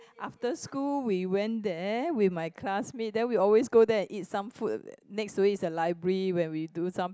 after school we went there with my classmate then we always there and eat some food next to it is the library where we do some